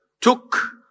took